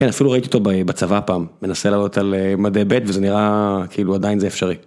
אפילו ראיתי אותו בצבא פעם, מנסה לעלות על מדי ב' וזה נראה כאילו עדיין זה אפשרי.